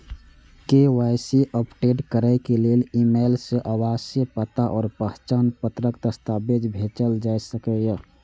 KYC update करै लेल email सं आवासीय पता आ पहचान पत्रक दस्तावेज भेजल जा सकैए